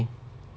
why